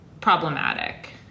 problematic